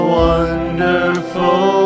wonderful